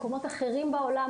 מקומות אחרים בעולם,